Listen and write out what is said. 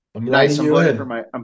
Nice